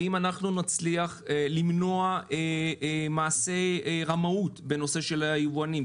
האם אנחנו נצליח למנוע מעשי רמאות בנושא של היבואנים,